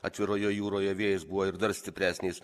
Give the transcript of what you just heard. atviroje jūroje vėjas buvo ir dar stipresnis